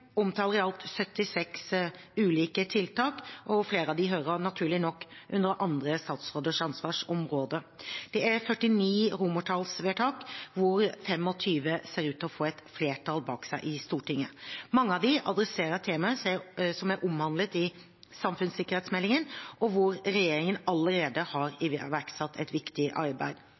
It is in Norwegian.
omtaler i alt 76 ulike tiltak, og flere av disse hører naturlig nok inn under andre statsråders ansvarsområder. Det er 49 romertallsvedtak, hvorav 25 ser ut til å få flertall bak seg i Stortinget. Mange av dem adresserer temaer som er omhandlet i samfunnssikkerhetsmeldingen, og hvor regjeringen allerede har iverksatt et viktig arbeid.